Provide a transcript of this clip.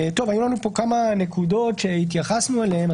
היו לנו פה כמה נקודות שהתייחסנו אליהן.